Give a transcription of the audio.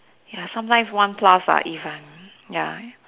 ya sometimes one plus ah if I'm ya